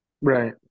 right